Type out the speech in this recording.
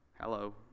Hello